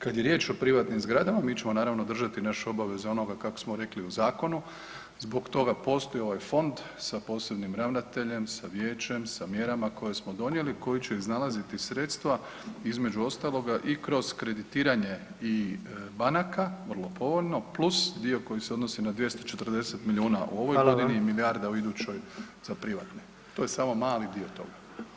Kad je riječ o privatnim zgradama mi ćemo naravno držati našu obavezu onoga kako smo rekli u zakonu, zbog toga postoji ovaj fond sa posebnim ravnateljem, sa vijećem, sa mjerama koje smo donijeli koji će iznalaziti sredstva između ostaloga i kroz kreditiranje i banaka vrlo povoljno plus dio koji se odnosi na 240 miliona u ovoj godini [[Upadica: Hvala vam.]] milijarda u idućoj za privatne, to je samo mali dio toga.